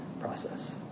process